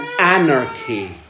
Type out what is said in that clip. anarchy